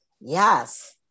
Yes